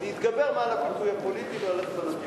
להתגבר על הפיתוי הפוליטי וללכת על הנתיב,